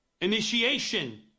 initiation